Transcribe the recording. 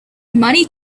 money